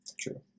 True